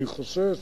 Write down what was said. אני חושש